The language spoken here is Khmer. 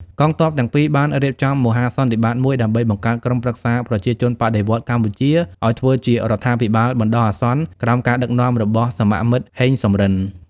កងទ័ពទាំងពីរ បានរៀបចំមហាសន្និបាតមួយ ដើម្បីបង្កើតក្រុមប្រឹក្សាប្រជាជនបដិវត្តន៍កម្ពុជាឱ្យធ្វើជារដ្ឋាភិបាលបណ្តោះអាសន្នក្រោម ការដឹកនាំរបស់សមមិត្ត ហេង សំរិន។